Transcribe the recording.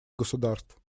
государств